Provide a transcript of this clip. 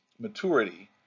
maturity